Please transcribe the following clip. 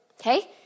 okay